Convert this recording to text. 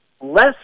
less